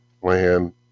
plan